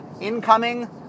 Incoming